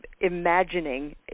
imagining